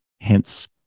hence